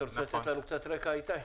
אתה רוצה לתת לנו קצת רקע, איתי?